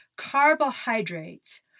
carbohydrates